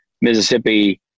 Mississippi